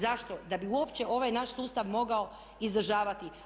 Zašto? da bi uopće ovaj naš sustav mogao izdržavati.